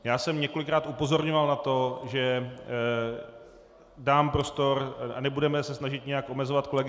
Já jsem několikrát upozorňoval na to, že dám prostor a nebudeme se snažit nijak omezovat kolegy.